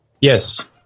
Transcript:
Yes